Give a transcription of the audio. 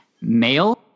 Male